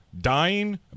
dying